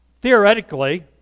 theoretically